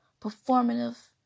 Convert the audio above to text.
performative